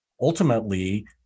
ultimately